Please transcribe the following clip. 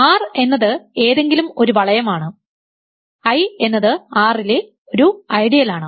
R എന്നത് ഏതെങ്കിലും ഒരു വളയം ആണ് I എന്നത് R ലെ ഒരു ഐഡിയലാണ്